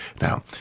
Now